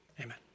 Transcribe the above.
Amen